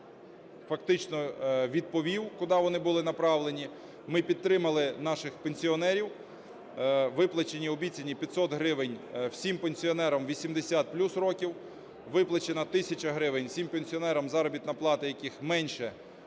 фактично відповів, куди вони були направлені. Ми підтримали наших пенсіонерів, виплачені обіцяні 500 гривень всім пенсіонерам 80 плюс років, виплачена 1 тисяча гривень всім пенсіонерам, заробітна плата яких менше